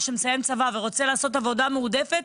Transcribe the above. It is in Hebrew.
שמסיים צבא ורוצה לעשות עבודה מועדפת,